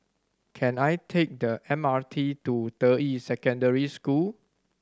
can I take the M R T to Deyi Secondary School